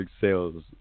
sales